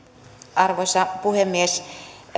arvoisa puhemies